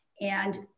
And-